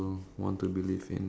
I see